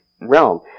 realm